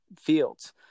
fields